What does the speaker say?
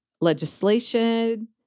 legislation